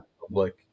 public